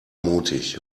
mutig